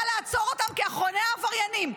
באה לעצור אותם כאחרוני העבריינים.